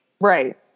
Right